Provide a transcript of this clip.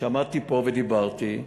כשעמדתי פה ודיברתי,